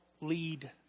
lead